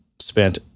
spent